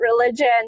religion